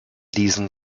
diesen